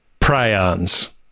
prions